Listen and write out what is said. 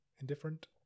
Indifferent